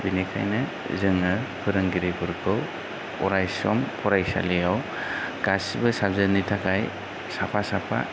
बेनिखायनो जोङो फोरोंगिरिफोरखौ अरायसम फरायसालियाव गासैबो साबजेक्तनि थाखाय साफा साफा